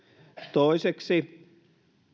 toiseksi